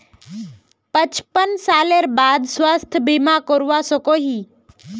पचपन सालेर बाद स्वास्थ्य बीमा करवा सकोहो ही?